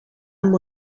amb